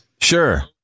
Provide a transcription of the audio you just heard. sure